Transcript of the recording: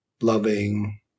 loving